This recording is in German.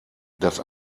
dass